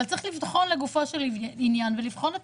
אבל צריך לבחון לגופו של עניין ולבחון את